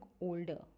older